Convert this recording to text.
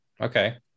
Okay